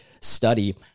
study